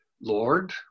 Lord